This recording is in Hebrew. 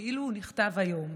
כאילו הוא נכתב היום: